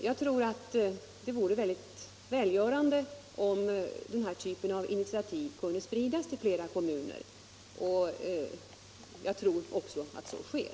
Jag tror det vore välgörande om denna typ av initiativ kunde spridas till fler kommuner, och jag tror att det också sker.